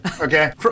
Okay